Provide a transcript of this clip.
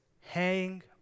hang